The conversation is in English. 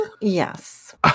Yes